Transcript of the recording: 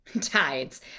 tides